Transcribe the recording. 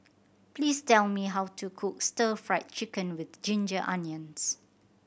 please tell me how to cook Stir Fried Chicken With Ginger Onions